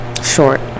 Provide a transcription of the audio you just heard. Short